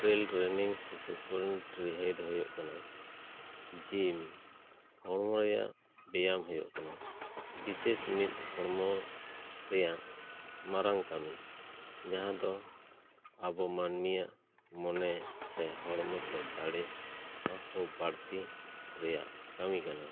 ᱴᱨᱮᱞ training ᱥᱤᱥᱩᱯᱩᱱ ᱴᱨᱤᱦᱮᱰ ᱫᱚ ᱦᱩᱭᱩᱜ ᱠᱟᱱᱟ ᱡᱤᱢ ᱦᱚᱲᱢᱚ ᱨᱮᱭᱟᱜ ᱵᱮᱭᱟᱢ ᱦᱩᱭᱩᱜ ᱠᱟᱱᱟ ᱵᱤᱥᱮᱥ ᱢᱤᱫ ᱦᱚᱲᱢᱚ ᱨᱮᱭᱟᱜ ᱢᱟᱨᱟᱝ ᱠᱟᱹᱢᱤ ᱢᱟᱦᱟᱸ ᱫᱚ ᱟᱵᱚ ᱢᱟᱹᱱᱢᱤᱭᱟᱜ ᱢᱚᱱᱮ ᱥᱮ ᱦᱚᱲᱢᱚ ᱥᱮ ᱫᱟᱲᱮ ᱱᱚᱣᱟ ᱠᱚ ᱵᱟᱹᱲᱛᱤ ᱨᱮᱭᱟᱜ ᱠᱟᱹᱢᱤ ᱠᱟᱱᱟ